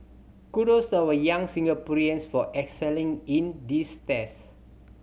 kudos to our young Singaporeans for excelling in these test